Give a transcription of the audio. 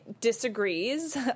disagrees